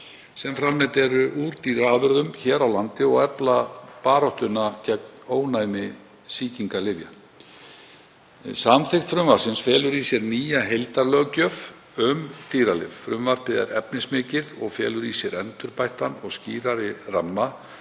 sem framleidd eru úr dýraafurðum hér á landi og efla baráttuna gegn ónæmi sýkingalyfja. Samþykkt frumvarpsins felur í sér nýja heildarlöggjöf um dýralyf. Frumvarpið er efnismikið og felur í sér endurbættan og skýrari ramma